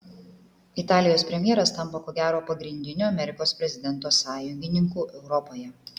italijos premjeras tampa ko gero pagrindiniu amerikos prezidento sąjungininku europoje